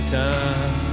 time